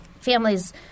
families